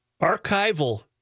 archival